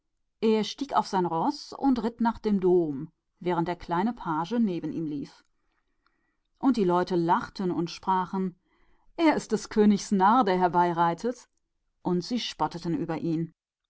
und stieg auf sein roß und ritt zur kathedrale indes der kleine page neben ihm her lief und das volk lachte und sagte da reitet der narr des königs vorbei und sie verhöhnten ihn